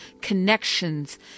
connections